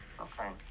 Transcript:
Okay